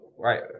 Right